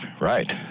right